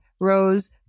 rose